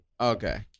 okay